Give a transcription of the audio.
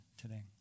today